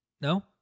No